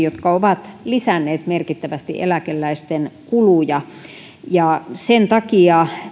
jotka ovat lisänneet merkittävästi eläkeläisten kuluja sen takia